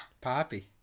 Poppy